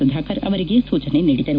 ಸುಧಾಕರ್ ಅವರಿಗೆ ಸೂಚನೆ ನೀಡಿದರು